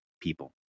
people